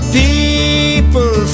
people